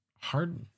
hard